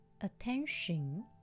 attention